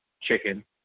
chicken